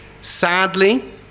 Sadly